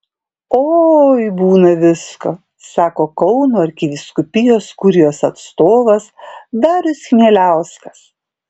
oi būna visko sako kauno arkivyskupijos kurijos atstovas darius chmieliauskas